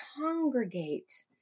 congregate